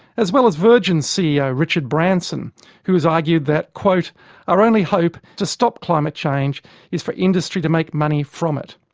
as well as virgin's ceo richard branson who has argued that our only hope to stop climate change is for industry to make money from it.